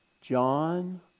John